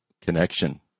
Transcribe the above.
connection